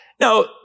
Now